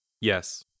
Yes